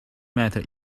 matter